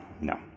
no